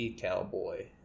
cowboy